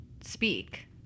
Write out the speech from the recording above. speak